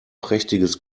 prächtiges